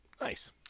Nice